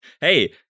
hey